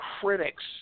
critics